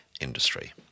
industry